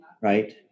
right